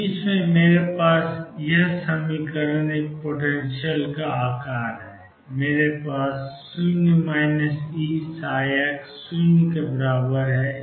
तो बीच में मेरे पास माइनस 22md2dx2 प्लस पोटेंशियल 0 है और मेरे पास 0 Ex0 या 2m2Eψ0 है